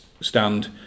stand